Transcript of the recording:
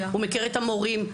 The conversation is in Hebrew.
הוא מכיר את המורים.